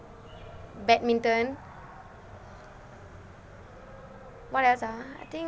badminton what else ah I think